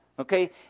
Okay